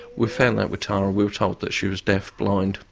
we found that with tara. we were told that she was deaf, blind,